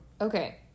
Okay